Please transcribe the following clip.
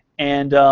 and